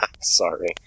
Sorry